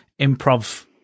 improv